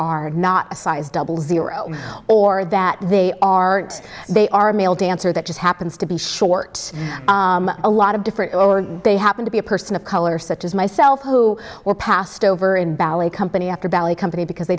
are not a size double zero or that they aren't they are male dancer that just happens to be short a lot of different or they happen to be a person of color such as myself who were passed over in ballet company after ballet company because they